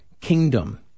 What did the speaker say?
kingdom